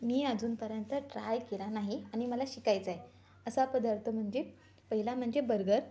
मी अजूनपर्यंत ट्राय केला नाही आणि मला शिकायचा आहे असा पदार्थ म्हणजे पहिला म्हणजे बर्गर